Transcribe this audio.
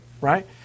Right